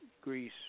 Greece